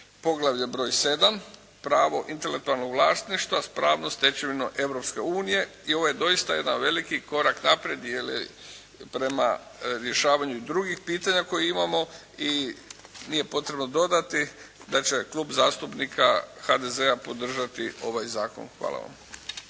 poglavlje broj 7 – Pravo intelektualnog vlasništva s pravnom stečevinom Europske unije i ovo je doista jedan veliki korak naprijed jer prema rješavanju i drugih pitanja koje imamo i nije potrebno dodati da će Klub zastupnika HDZ-a podržati ovaj zakon. Hvala vam.